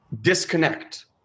disconnect